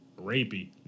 rapey